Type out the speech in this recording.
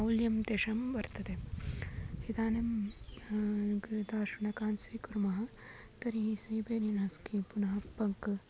मौल्यं तेषां वर्तते इदानीं ग दा शुनकान् स्वीकुर्मः तर्हि सेबेरिन् अस्कि पुनः पङ्क्